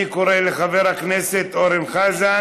אני קורא לחבר הכנסת אורן חזן,